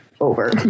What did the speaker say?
over